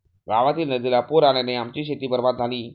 गावातील नदीला पूर आल्याने आमची शेती बरबाद झाली